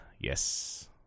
Yes